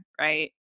right